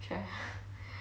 she have